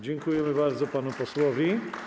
Dziękujemy bardzo panu posłowi.